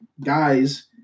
guys